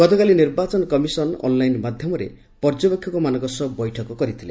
ଗତକାଲି ନିର୍ବାଚନ commission online ମାଧ୍ଘମରେ ପର୍ଯ୍ୟବେକ୍ଷକମାନଙ୍କ ସହ ବୈଠକ କରିଥିଲେ